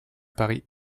pari